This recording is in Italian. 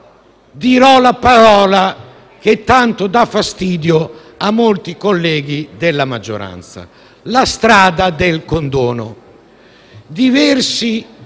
dirò la parola che tanto dà fastidio a molti colleghi della maggioranza: la strada del condono.